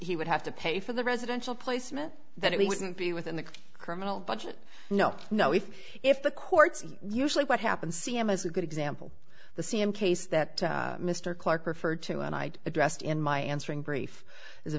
he would have to pay for the residential placement that it wouldn't be within the criminal budget no no if if the courts usually what happened c m is a good example the c m case that mr clarke referred to and i addressed in my answering brief is a